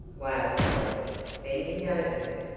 wailed dorothy, bending over her.